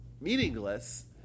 meaningless